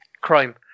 crime